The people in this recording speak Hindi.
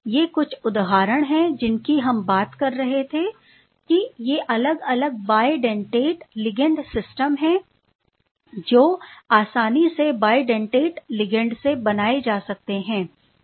ये कुछ ऐसे उदाहरण हैं जिनकी हम बात कर रहे थे कि ये अलग अलग बाय डेटेड लिगैंड सिस्टम हैं जो आसानी से बाय डेटेड लिगैंड से बनाए जा सकते हैं